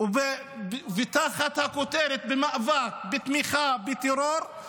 ותחת הכותרת "מאבק בתמיכה בטרור"